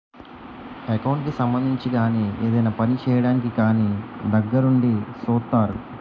account కి సంబంధించి గాని ఏదైనా పని చేయడానికి కానీ దగ్గరుండి సూత్తారు